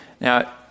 Now